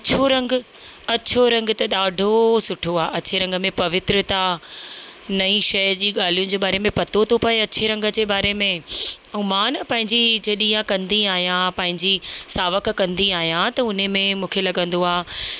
अछो रंग अछो रंग त ॾाढो सुठो आहे अछे रंग में पवित्रता नईं शइ जी ॻाल्हियुनि जे बारे में पतो थो पए अछे रंग जे बारे में ऐं मां न पंहिंजी जॾी इहा कंदी आहियां मां पंहिंजी सावक कंदी आहियां त उन में मूंखे लॻंदो आहे